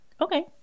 Okay